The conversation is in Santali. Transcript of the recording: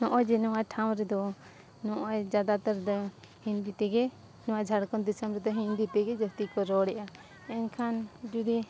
ᱱᱚᱜᱼᱚᱭ ᱡᱮ ᱱᱚᱣᱟ ᱴᱷᱟᱶ ᱨᱮᱫᱚ ᱱᱚᱜᱼᱚᱭ ᱡᱟᱫᱟᱛᱟᱨ ᱫᱚ ᱦᱤᱱᱫᱤ ᱛᱮᱜᱮ ᱱᱚᱣᱟ ᱡᱷᱟᱲᱠᱷᱚᱸᱰ ᱫᱤᱥᱚᱢ ᱨᱮᱫᱚ ᱦᱤᱱᱫᱤ ᱛᱮᱜᱮ ᱡᱟᱹᱥᱛᱤ ᱠᱚ ᱨᱚᱲᱮᱜᱼᱟ ᱮᱱᱠᱷᱟᱱ ᱡᱩᱫᱤ